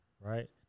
Right